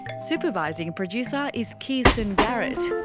supervising producer is kirsten garrett,